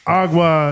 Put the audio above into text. agua